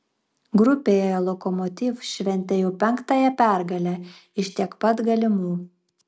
grupėje lokomotiv šventė jau penktąją pergalę iš tiek pat galimų